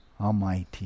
almighty